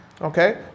Okay